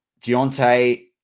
Deontay